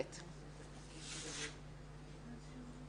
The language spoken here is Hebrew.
נציגת מועצת תנועות הנוער, בבקשה.